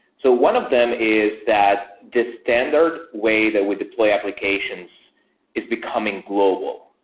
so one of them is that the standard way that we deploy applications is becoming global.